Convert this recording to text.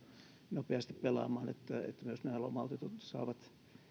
nopeasti pelaamaan että myös lomautetut saavat